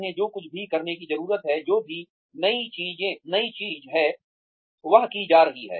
उन्हें जो भी करने की जरूरत है जो भी नई चीज है वह की जा रही है